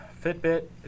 fitbit